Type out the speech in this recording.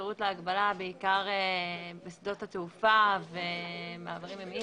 אפשרות להגבלה בעיקר בשדות התעופה ומעברים ימיים